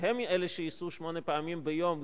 שהם אלה שייסעו שמונה פעמים ביום,